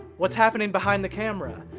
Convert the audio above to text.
what's happening behind the camera?